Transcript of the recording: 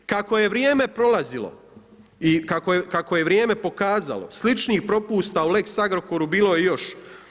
Kako je vrijeme prolazilo i kako je vrijeme pokazalo sličnih propusta u lex Agrokoru bilo je još.